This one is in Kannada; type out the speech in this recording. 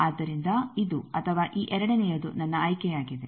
ಆದ್ದರಿಂದ ಇದು ಅಥವಾ ಈ ಎರಡನೆಯದು ನನ್ನ ಆಯ್ಕೆಯಾಗಿದೆ